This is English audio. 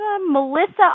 Melissa